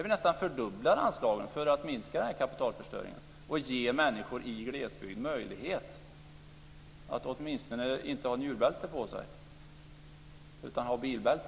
Vi nästan fördubblar anslagen för att minska kapitalförstöringen och ge människor i glesbygden möjlighet att åtminstone inte ha njurbälte på sig utan bara bilbälte.